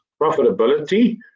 profitability